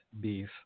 beef